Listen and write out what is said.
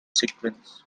sequence